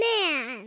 man